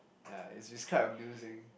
ya it's it's quite amusing